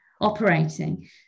operating